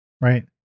right